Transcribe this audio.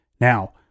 Now